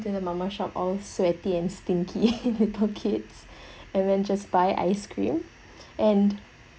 into the mama shop all sweaty and stinky little kids and then just buy ice cream and